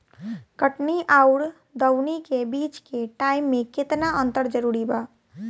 कटनी आउर दऊनी के बीच के टाइम मे केतना अंतर जरूरी बा?